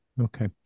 Okay